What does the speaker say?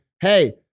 hey